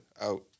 out